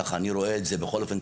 ככה אני רואה את זה בכל אופן,